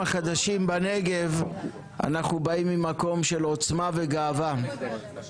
מרגישים חלוצים ומרגישים שאנחנו ממשיכים את